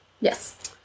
Yes